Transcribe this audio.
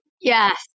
Yes